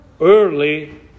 early